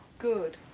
good.